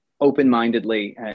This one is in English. open-mindedly